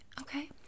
okay